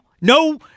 No